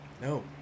No